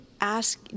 ask